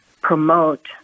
promote